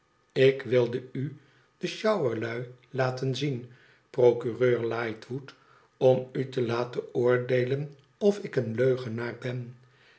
ik wilde u de t sjouwerlui laten zien procureur lightwood om u te laten oordeelen of ik een leugenaar ben